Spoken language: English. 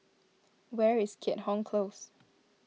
where is Keat Hong Close